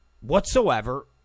whatsoever